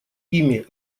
ими